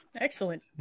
excellent